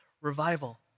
revival